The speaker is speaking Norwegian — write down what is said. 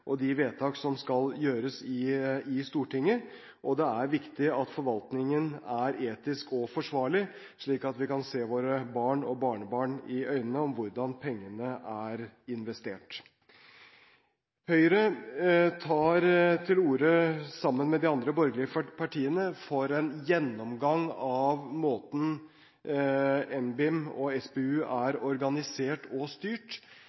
og de vedtak som skal gjøres i Stortinget, og det er viktig at forvaltningen er etisk og forsvarlig, slik at vi kan se våre barn og barnebarn i øynene om hvordan pengene er investert. Høyre tar, sammen med de andre borgerlige partiene, til orde for en gjennomgang av måten NBIM og SPU er organisert og styrt.